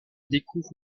découvre